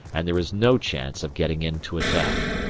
and there is no chance of getting in to attack.